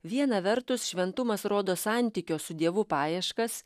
viena vertus šventumas rodo santykio su dievu paieškas